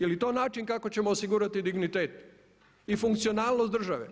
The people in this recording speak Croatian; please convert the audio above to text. Je li to način kako ćemo osigurati dignitet i funkcionalnost države?